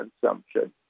consumption